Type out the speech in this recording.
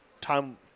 time